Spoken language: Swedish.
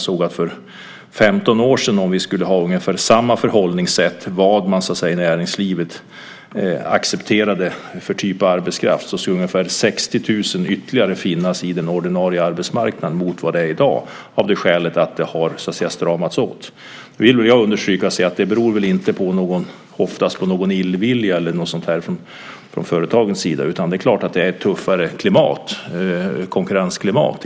Med det förhållningssätt vad gäller vilken typ av arbetskraft man accepterade som man hade i näringslivet för 15 år sedan skulle det finnas ungefär 60 000 fler än i dag på den ordinarie arbetsmarknaden. Det har stramats åt. Jag vill dock understryka att detta oftast inte beror på illvilja från företagens sida, utan det är ett tuffare konkurrensklimat.